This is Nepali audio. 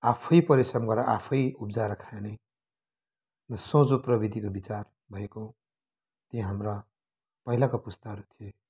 आफै परिश्रम गरेर आफै उब्जाएर खाने सोझो प्रवृत्तिको विचार भएको यी हाम्रा पहिलाका पुस्ताहरू थिए